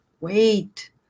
Wait